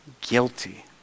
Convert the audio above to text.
guilty